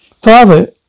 Father